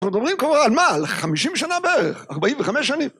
אנחנו מדברים כמובן, מה, 50 שנה בערך? 45 שנים?